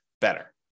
better